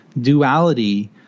duality